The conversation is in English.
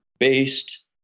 based